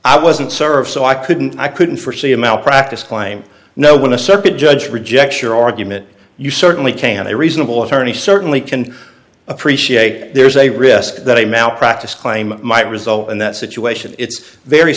i wasn't served so i couldn't i couldn't forsee a malpractise claim no when a circuit judge rejects your argument you see certainly can a reasonable attorney certainly can appreciate there's a risk that a malpractise claim might result in that situation it's very